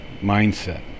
mindset